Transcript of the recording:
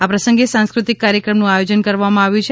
આ પ્રસંગે સાંસ્કૃતિક કાર્યક્રમનું આયોજન કરવામાં આવ્યું છે